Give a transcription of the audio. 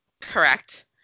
Correct